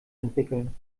entwickeln